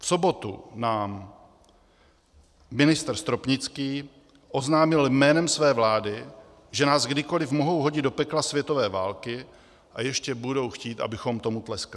V sobotu nám ministr Stropnický oznámil jménem své vlády, že nás kdykoli mohou hodit do pekla světové války a ještě budou chtít, abychom tomu tleskali.